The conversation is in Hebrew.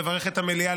לברך את המליאה,